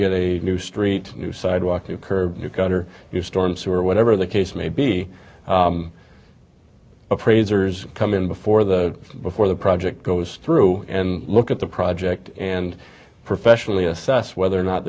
get a new street new sidewalk new curb new gutter your storm sewer whatever the case may be appraisers come in before the before the project goes through and look at the project and professionally assess whether or not